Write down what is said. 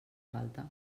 falta